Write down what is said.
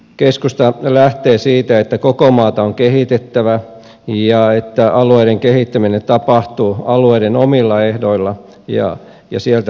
keskusta lähtee siitä että koko maata on kehitettävä ja että alueiden kehittäminen tapahtuu alueiden omilla ehdoilla ja sieltä lähtöisin